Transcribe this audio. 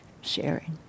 sharing